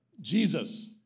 Jesus